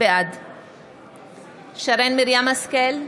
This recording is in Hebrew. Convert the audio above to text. בעד שרן מרים השכל,